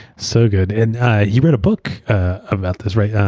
so good. and ah he wrote a book about this, right? yeah